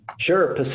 sure